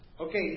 okay